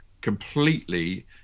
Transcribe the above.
completely